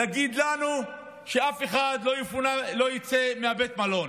להגיד לנו שאף אחד לא יצא מבית המלון.